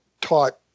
taught